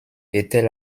était